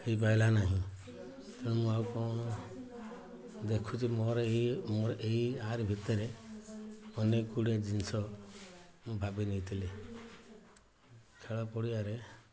ହେଇପାଇଲା ନାହିଁ ତେଣୁ ମୁଁ ଆଉ କ'ଣ ଦେଖୁଛି ମୋର ଏଇ ମୋର ଏଇ ଏହାରି ଭିତରେ ଅନେକ ଗୁଡ଼ିଏ ଜିନିଷ ମୁଁ ଭାବି ନେଇଥିଲି ଖେଳ ପଡ଼ିଆରେ